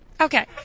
Okay